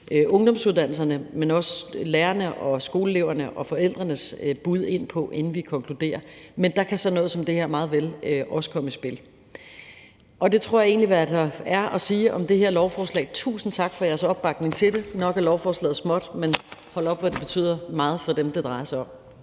ungdomsuddannelsernes, men også lærernes, skoleelevers og forældrenes bud på, inden vi konkluderer. Men der kan sådan noget som det her meget vel også komme i spil. Det tror jeg egentlig er, hvad der er at sige om det her lovforslag. Tusind tak for jeres opbakning til det. Nok er lovforslaget småt, men hold op, hvor det betyder meget for dem, det drejer sig om.